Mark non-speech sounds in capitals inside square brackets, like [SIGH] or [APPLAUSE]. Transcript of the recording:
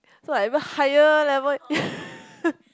so like even higher level [LAUGHS]